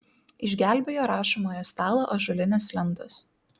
išgelbėjo rašomojo stalo ąžuolinės lentos